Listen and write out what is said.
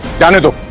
golu